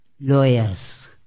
lawyers